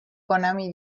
konami